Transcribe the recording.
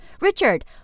Richard